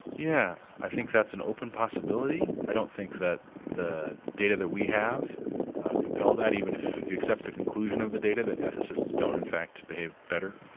yeah i think that's an open possibility. i don't think that the data that we have compels that, even if you accept the conclusion of the data that ethicists don't in fact behave better.